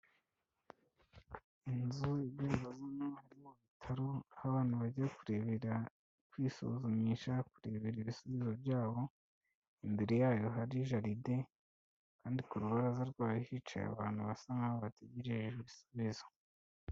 Inzu ibarizwamo ibitaro, aho abantu bajya kurebera kwisuzumisha, kurebera ibisubizo byabo. Imbere yayo hari jardin, kandi ku ruburaraza rwayo hicaye abantu basa nkaho bategereje ibisubizo.